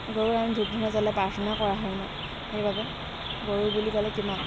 গৰু আমি ধূপ ধূনা জ্বলাই প্ৰাৰ্থনা কৰা হয় ন সেইবাবে গৰু বুলি ক'লে কিমান